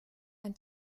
ein